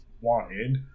wanted